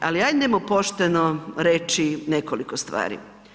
Ali hajmo pošteno reći nekoliko stvari.